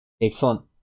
Excellent